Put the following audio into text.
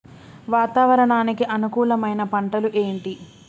వాతావరణానికి అనుకూలమైన పంటలు ఏంటి?